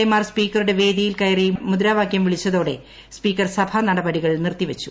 A മാർ സ്പീക്കറുടെ വേദിയിൽ കയറി മുദ്രാവാക്യം വിളിച്ചതോടെ സ്പീക്കർ സഭാ നടപടികൾ നിറുത്തിവെച്ചു